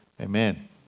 Amen